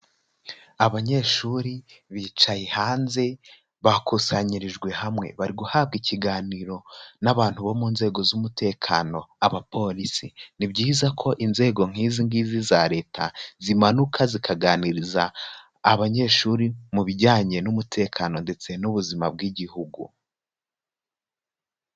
Abanyeshuri bicaye hanze bakusanyirijwe hamwe, bari guhabwa ikiganiro n'abantu bo mu nzego z'umutekano abapolisi, ni byiza ko inzego nk'izi ngizi za Leta, zimanuka zikaganiriza abanyeshuri mu bijyanye n'umutekano ndetse n'ubuzima bw'Igihugu.